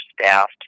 staffed